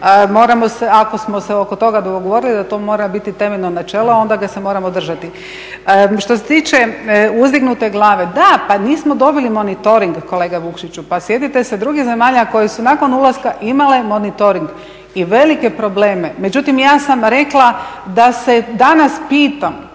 Ako smo se oko toga dogovorili da to mora biti temeljno načelo onda ga se moramo držati. Što se tiče uzdignute glave, da, pa nismo dobili monitoring kolega Vukšiću, pa sjetite se drugih zemalja koje su nakon ulaska imale monitoring i velike probleme. Međutim, ja sam rekla da se danas pitam